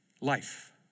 life